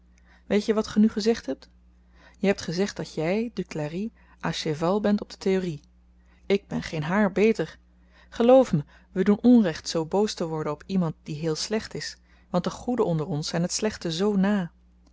weet je wat ge nu gezegd hebt je hebt gezegd dat jy duclari à cheval bent op de theorie ik ben geen haar beter geloof me we doen onrecht zoo boos te worden op iemand die heel slecht is want de goeden onder ons zyn t slechte zoo na